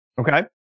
Okay